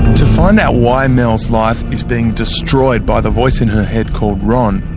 to find our why mel's life is being destroyed by the voice in her head called ron,